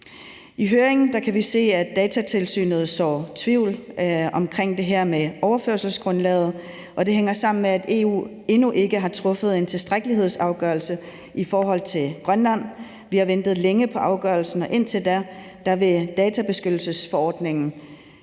I høringen kan vi se, at Datatilsynet sår tvivl om det her med overførselsgrundlaget, og det hænger sammen med, at EU endnu ikke har truffet en tilstrækkelighedsafgørelse i forhold til Grønland. Vi har ventet længe på afgørelsen, og indtil da vil databeskyttelsesforordningen